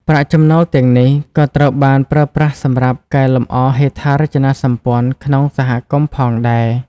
ប្រាក់ចំណូលទាំងនេះក៏ត្រូវបានប្រើប្រាស់សម្រាប់កែលម្អហេដ្ឋារចនាសម្ព័ន្ធក្នុងសហគមន៍ផងដែរ។